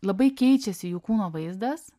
labai keičiasi jų kūno vaizdas